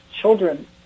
children